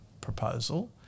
proposal